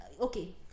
okay